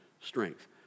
strength